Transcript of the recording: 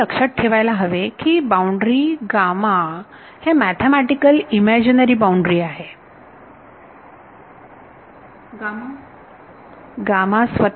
इथे लक्षात ठेवायला हवे की बाउंड्री गामा हे मॅथेमॅटिकल इमॅजिनरी बाउंड्री आहे विद्यार्थी